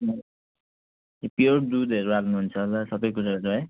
त्यो प्योर दुधहरू हाल्नु हुन्छ होला सधैँको जस्तो है